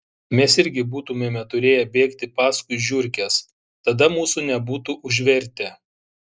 mes irgi būtumėme turėję bėgti paskui žiurkes tada mūsų nebūtų užvertę